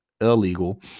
illegal